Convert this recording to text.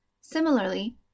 Similarly